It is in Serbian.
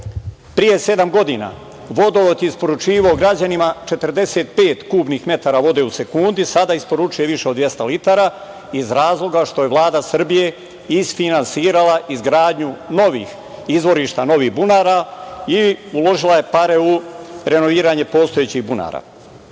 pre sedam godina Vodovod je isporučivao građanima 45 kubnih metara vode u sekundi, sada isporučuje više od 200 litara iz razloga što je Vlada Srbije isfinansirala izgradnju novih izvorišta, novih bunara i uložila je pare u renoviranje postojećih